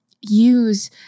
use